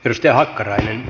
lystiä hakkarainen